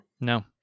No